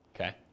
Okay